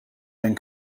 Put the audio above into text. been